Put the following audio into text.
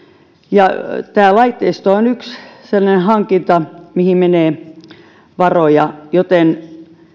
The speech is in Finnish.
ja tämä laitteisto on yksi sellainen hankinta mihin menee varoja joten